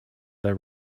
that